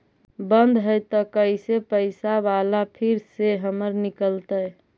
बन्द हैं त कैसे पैसा बाला फिर से हमर निकलतय?